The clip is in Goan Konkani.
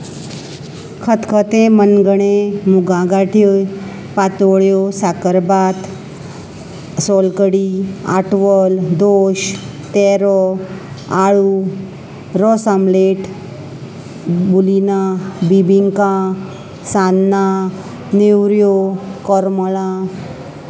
खतखतें मनगणें मुगा गाट्यो पातोळ्यो साकरभात सोलकडी आटवल दोश तेरो आळू रोस आमलेट बुलिना बिबिंका सान्नां नेवऱ्यो कोरमोलां